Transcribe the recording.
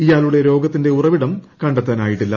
ഇയാളുടെ രോഗത്തിന്റെ ഉറവിടം കണ്ടെത്ത്ട്ടുനായിട്ടില്ല